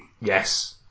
Yes